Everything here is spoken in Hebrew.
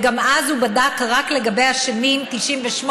וגם אז הוא בדק רק לגבי השנים 1998